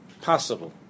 possible